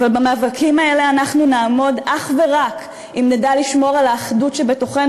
אבל במאבקים האלה אנחנו נעמוד אך ורק אם נדע לשמור על האחדות שבתוכנו,